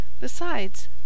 Besides